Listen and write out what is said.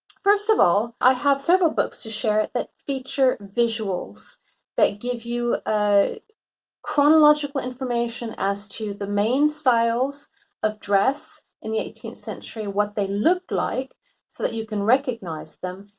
first of all, i have several books to share that feature visuals that give you ah chronological information as to the main styles of dress in the eighteenth century, what they looked like so that you can recognize them.